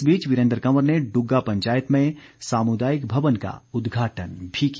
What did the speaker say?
इस बीच वीरेंद्र कवर ने डुग्गा पंचायत में सामुदायिक भवन का उद्घाटन भी किया